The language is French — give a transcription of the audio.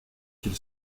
qu’il